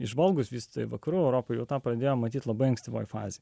įžvalgūs visoje vakarų europoje o tą pradėjome matyt labai ankstyvoje fazėje